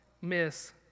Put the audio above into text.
miss